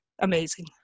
amazing